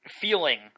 feeling